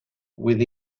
with